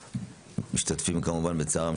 אני מתכבד לפתוח את ישיבת ועדת הבריאות,